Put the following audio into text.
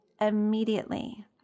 immediately